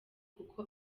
kuko